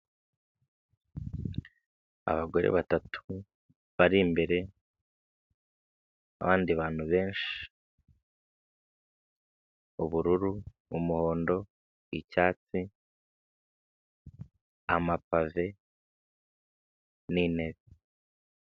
Inoti z'amafaranga ya rimwe y'Amashinwa hariho isura y'umuntu n'amagambo yo mu gishinwa n'imibare isanzwe.